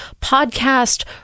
podcast